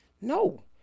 No